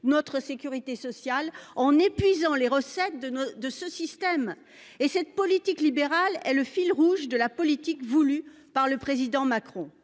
notre sécurité sociale en épuisant les recettes de notre système. Cette politique libérale est le fil rouge de la politique voulue par le président Macron.